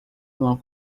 uma